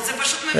זה פשוט מביך.